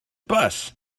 bus